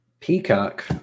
Peacock